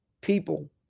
people